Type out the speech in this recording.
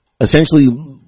essentially